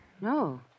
No